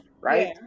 right